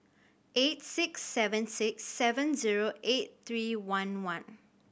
eight six seven six seven zero eight three one one